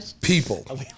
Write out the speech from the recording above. people